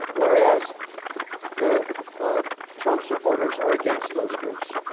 whereas the ah trump supporters are against those groups.